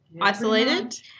isolated